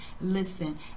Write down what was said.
Listen